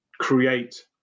create